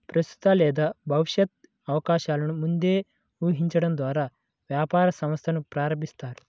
ప్రస్తుత లేదా భవిష్యత్తు అవకాశాలను ముందే ఊహించడం ద్వారా వ్యాపార సంస్థను ప్రారంభిస్తారు